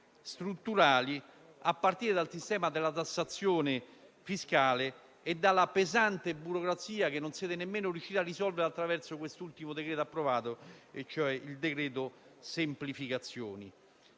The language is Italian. strutturali, a partire dal sistema della tassazione fiscale e dalla pesante burocrazia che non siete nemmeno riusciti a risolvere attraverso quest'ultimo decreto approvato e cioè il decreto semplificazioni.